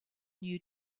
new